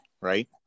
right